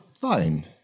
fine